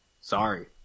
Sorry